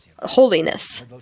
holiness